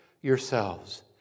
yourselves